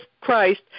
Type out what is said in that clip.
Christ